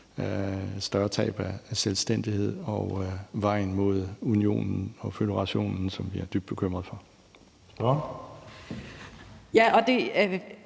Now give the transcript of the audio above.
større tab af selvstændighed og vejen mod unionen og føderationen; det er vi dybt bekymrede for.